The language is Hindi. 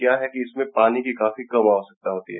क्या है कि इसमें पानी की काफी कम आवश्यकता होती है